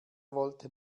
wollte